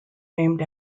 named